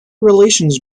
relations